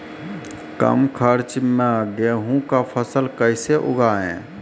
कम खर्च मे गेहूँ का फसल कैसे उगाएं?